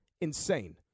Insane